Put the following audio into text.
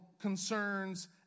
concerns